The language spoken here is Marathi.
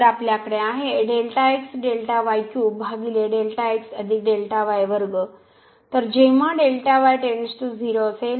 तर आपल्याकडे आहे तर जेव्हा Δy → 0 असेल